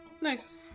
Nice